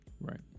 Right